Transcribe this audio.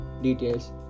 details